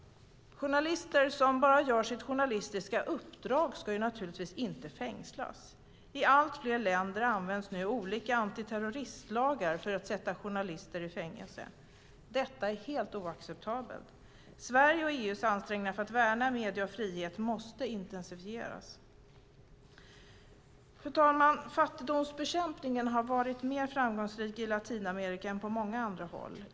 Journalister som bara utför sitt journalistiska uppdrag ska naturligtvis inte fängslas. I allt fler länder används nu olika antiterroristlagar för att sätta journalister i fängelse. Detta är helt oacceptabelt. Sveriges och EU:s ansträngningar för att värna mediefrihet måste intensifieras. Fru talman! Fattigdomsbekämpningen har varit mer framgångsrik i Latinamerika än på många andra håll.